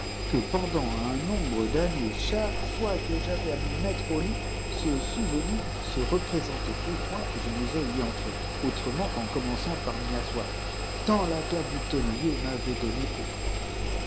que pendant un inombre d'années chaque fois que j'avais à me mettre au lit ce souvenir se représentait au point que je n y entrer ausient qu'en eommennt ar fn'y âsmuf tant la chaque du tonnelier mavait donné d effroi